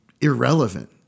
irrelevant